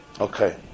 Okay